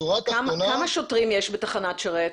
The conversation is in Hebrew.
כמה שוטרים יש בתחנת שרת?